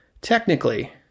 technically